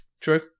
True